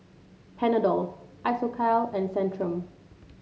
Panadol Isocal and Centrum